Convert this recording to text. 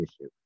issue